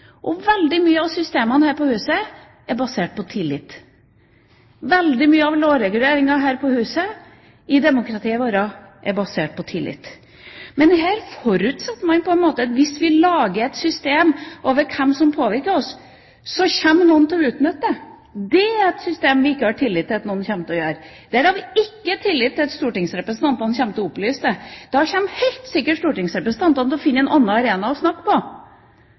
i. Veldig mange av systemene her i huset er basert på tillit. Veldig mye av lovreguleringa her i huset og i demokratiet vårt er basert på tillit. Men her forutsetter man på en måte at hvis vi lager et system over hvem som påvirker oss, så kommer noen til å utnytte det. Det er et system vi ikke har tillit til at noen kommer til å følge, der vi ikke har tillit til at stortingsrepresentantene kommer til å opplyse det, da kommer stortingsrepresentantene helt sikkert til å finne en annen arena å snakke på.